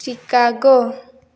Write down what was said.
Chicago